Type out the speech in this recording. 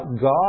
God